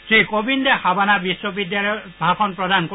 শ্ৰীকোবিন্দে হাভানা বিশ্ববিদ্যালয়ত ভাষণ প্ৰদান কৰে